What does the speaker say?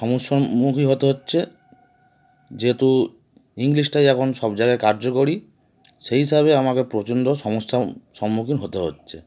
সমস্যার সম্মুখীন হতে হচ্ছে যেহেতু ইংলিশটাই এখন সব জায়গায় কার্যকরী সেই হিসাবে আমাকে প্রচণ্ড সমস্যার সম্মুখীন হতে হচ্ছে